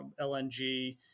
LNG